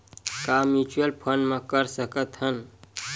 का mutual fund म कर सकत हन?